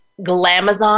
Glamazon